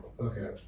Okay